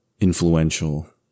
influential